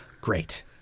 great